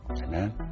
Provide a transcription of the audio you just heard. Amen